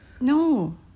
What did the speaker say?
No